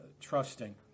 trusting